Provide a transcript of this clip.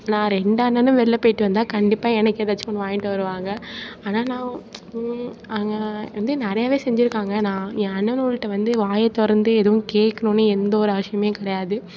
நான் ரெண்டு அண்ணனும் வெளில போய்ட்டு வந்தால் கண்டிப்பாக எனக்கு எதாச்சும் ஒன்று வாங்கிகிட்டு வருவாங்க ஆனால் நான் நிறையவே செஞ்சிருக்காங்க நான் என் அண்ணனுவோளுட்ட வந்து வாயை திறந்து எதுவும் கேட்கணுன்னு எந்த ஒரு அவசியமும் கிடையாது